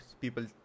people